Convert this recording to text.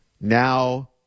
now